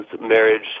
marriage